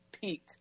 peak